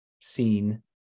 seen